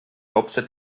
hauptstadt